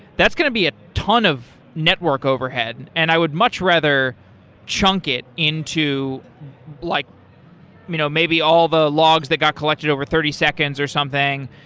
that's going to be a ton of network overhead, and i would much rather chunk it into like you know maybe all the logs that got collected over thirty seconds or something.